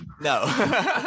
No